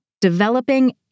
Developing